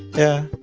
yeah